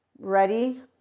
ready